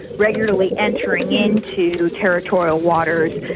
regularly entering into territorial waters.